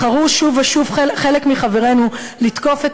בחרו שוב ושוב חלק מחברינו לתקוף את